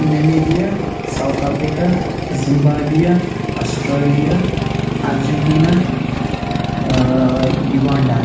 Namibia South Africa Zimbabwe Australia Argentina Uganda